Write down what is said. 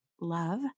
love